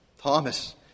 Thomas